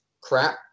crap